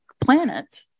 planet